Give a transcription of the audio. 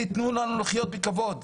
תתנו לנו לחיות בכבוד,